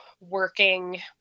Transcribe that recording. working